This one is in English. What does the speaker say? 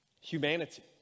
Humanity